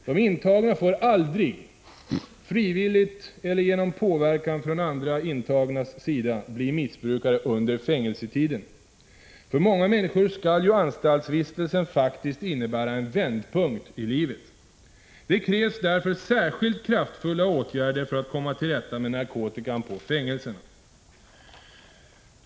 De intagna får aldrig, frivilligt eller genom påverkan från andra intagnas sida, bli missbrukare under fängelsetiden. För många människor skall ju anstaltsvistelsen faktiskt innebära en vändpunkt i livet. Det krävs därför särskilt kraftfulla åtgärder för att vi skall komma till rätta med narkotikan på fängelserna.